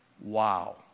Wow